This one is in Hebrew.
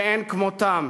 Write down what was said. שאין כמותם.